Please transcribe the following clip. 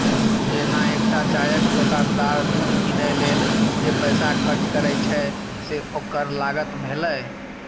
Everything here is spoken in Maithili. जेना एकटा चायक दोकानदार दूध कीनै लेल जे पैसा खर्च करै छै, से ओकर लागत भेलै